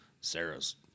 Sarah's